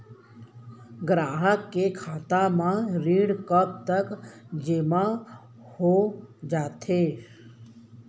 ग्राहक के खाता म ऋण कब तक जेमा हो जाथे?